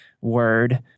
Word